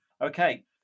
Okay